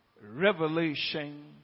revelation